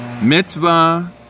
Mitzvah